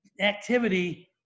activity